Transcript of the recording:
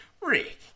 Rick